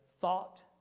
thought